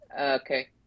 Okay